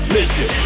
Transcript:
Listen